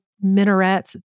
minarets